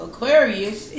Aquarius